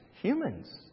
humans